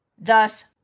Thus